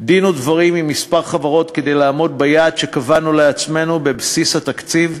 דין ודברים עם כמה חברות כדי לעמוד ביעד שקבענו לעצמנו בבסיס התקציב.